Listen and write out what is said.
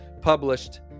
published